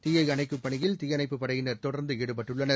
தீயை அணைக்கும் பணியில் தீயணைப்புப் படையினர் தொடர்ந்து ஈடுபட்டுள்ளனர்